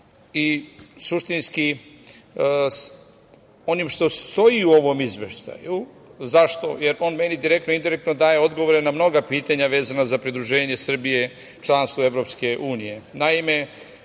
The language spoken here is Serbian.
i suštinski, onim što stoji u ovom izveštaju. Zašto? On meni direktno i indirektno daje odgovore na mnoga pitanja vezana za pridruživanje Srbije članstvu EU.Naime,